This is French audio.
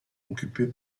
occupés